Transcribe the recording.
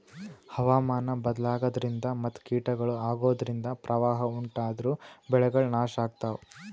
ಹವಾಮಾನ್ ಬದ್ಲಾಗದ್ರಿನ್ದ ಮತ್ ಕೀಟಗಳು ಅಗೋದ್ರಿಂದ ಪ್ರವಾಹ್ ಉಂಟಾದ್ರ ಬೆಳೆಗಳ್ ನಾಶ್ ಆಗ್ತಾವ